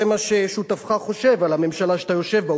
זה מה ששותפך חושב על הממשלה שאתה יושב בה,